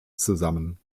zusammen